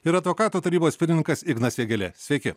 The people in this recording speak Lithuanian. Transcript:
ir advokatų tarybos pirmininkas ignas vėgėlė sveiki